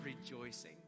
rejoicing